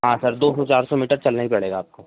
हाँ सर दो सौ चार सौ मीटर चलना ही पड़ेगा आपको